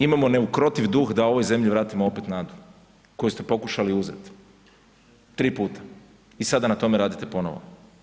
Imamo neukrotiv duh da ovoj zemlji vratimo opet nadu koju ste pokušali uzet 3 puta i sada na tome radite ponovo.